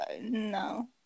no